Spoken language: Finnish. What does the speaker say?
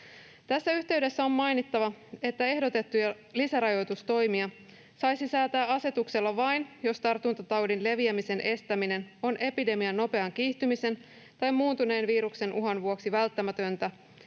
Tässä yhteydessä on mainittava, että ehdotettuja lisärajoitustoimia saisi säätää asetuksella vain, jos tartuntataudin leviämisen estäminen on epidemian nopean kiihtymisen tai muuntuneen viruksen uhan vuoksi välttämätöntä